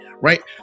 right